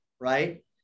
right